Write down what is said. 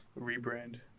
Rebrand